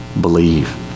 Believe